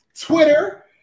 Twitter